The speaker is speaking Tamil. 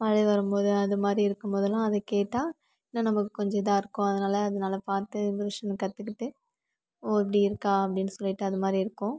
மழைவரும்போது அதுமாதிரி இருக்கும்போதெல்லான் அதைக் கேட்டால் இன்னும் நமக்கு கொஞ்சம் இதாக இருக்கும் அதனால் அதுனால் பார்த்து இன்ஃபர்மேஷனை கற்றுக்கிட்டு ஓ இப்படி இருக்கா அப்படின்னு சொல்லிவிட்டு அதுமாதிரி இருக்கும்